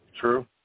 True